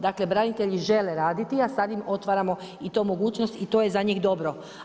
Dakle, branitelji žele raditi, a sad im otvaramo i tu mogućnost i to je za njih dobro.